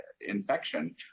infection